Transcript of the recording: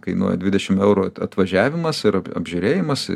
kainuoja dvidešim eurų atvažiavimas ir apžiūrėjimas